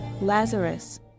Lazarus